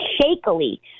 shakily